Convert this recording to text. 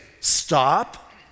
Stop